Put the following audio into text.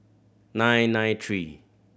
nine nine three